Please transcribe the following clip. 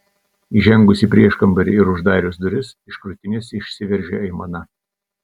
įžengus į prieškambarį ir uždarius duris iš krūtinės išsiveržė aimana